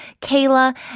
Kayla